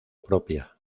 propia